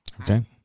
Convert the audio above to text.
Okay